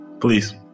please